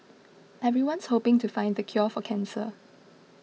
everyone's hoping to find the cure for cancer